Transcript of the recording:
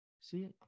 See